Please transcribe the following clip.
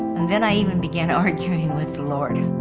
and then i even began arguing with the lord,